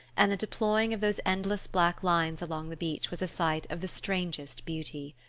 and the deploying of those endless black lines along the beach was a sight of the strangest beauty.